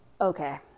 Okay